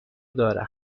دارم